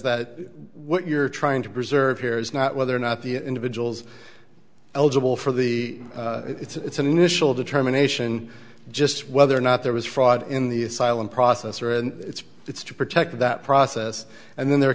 that what you're trying to preserve here is not whether or not the individuals eligible for the it's an initial determination just whether or not there was fraud in the asylum process or and it's to protect that process and then there